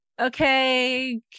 okay